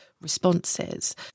responses